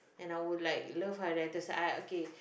and I would like love highlighters okay